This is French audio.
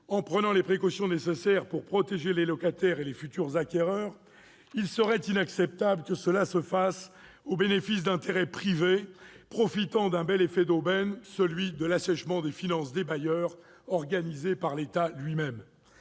en prenant les précautions nécessaires pour protéger les locataires et les futurs acquéreurs, il serait inacceptable que cela se fasse au bénéfice d'intérêts privés profitant d'un bel effet d'aubaine : l'assèchement des finances des bailleurs, organisé par l'État lui-même.